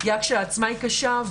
הפגיעה כשלעצמה היא קשה,